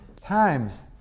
times